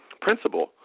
principal